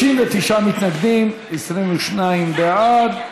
39 מתנגדים, 22 בעד.